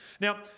Now